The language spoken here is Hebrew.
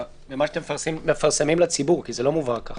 במה שאתם מפרסמים לציבור כי זה לא מובהר כך.